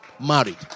married